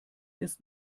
ist